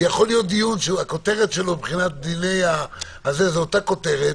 יכול להיות דיון שהכותרת שלו זו אותה כותרת,